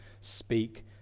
Speak